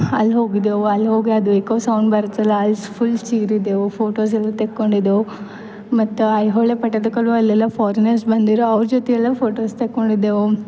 ಅಲ್ಲಿ ಹೋಗಿದ್ದೆವು ಅಲ್ಲಿ ಹೋಗಿ ಅದು ಎಕೊ ಸೌಂಡ್ ಬರುತ್ತಲ್ಲ ಅಲ್ಲಿ ಫುಲ್ ಚೀರಿದ್ದೆವು ಫೋಟೋಸ್ ಎಲ್ಲ ತೆಕ್ಕೊಂಡಿದ್ದೆವು ಮತ್ತು ಐಹೊಳೆ ಪಟ್ಟದಕಲ್ಲು ಅಲ್ಲೆಲ್ಲ ಫಾರಿನರ್ಸ್ ಬಂದಿರ ಅವ್ರ ಜೊತೆಯೆಲ್ಲ ಫೋಟೋಸ್ ತೆಕ್ಕೊಂಡಿದ್ದೆವು